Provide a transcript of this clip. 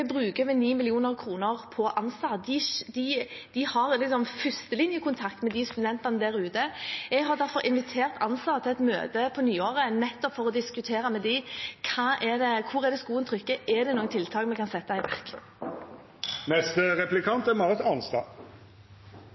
på ANSA. De har førstelinjekontakt med studentene der ute. Jeg har derfor invitert ANSA til et møte på nyåret nettopp for å diskutere med dem hvor det er skoen trykker, og om det er noen tiltak vi kan sette i verk. Jeg tenkte jeg skulle høre med statsråden om hun er